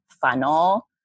funnel